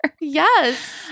Yes